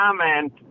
comment